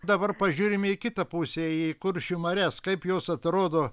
dabar pažiūrime į kitą pusę į kuršių marias kaip jos atrodo